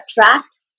attract